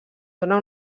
dóna